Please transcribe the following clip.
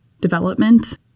development